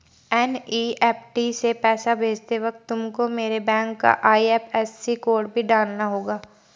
NEFT से पैसा भेजते वक्त तुमको मेरे बैंक का आई.एफ.एस.सी कोड भी डालना होगा